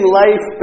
life